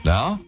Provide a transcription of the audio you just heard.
Now